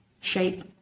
shape